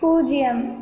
பூஜ்ஜியம்